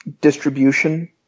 distribution